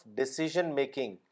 decision-making